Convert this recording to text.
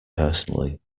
personally